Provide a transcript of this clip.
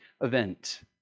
event